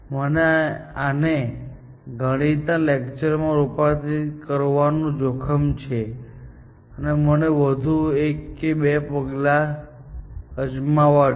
મને આને ગણિતના લેક્ચર માં રૂપાંતરિત કરવાનું જોખમ છે મને વધુ એક કે બે પગલાં અજમાવવા દો